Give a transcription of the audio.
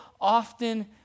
often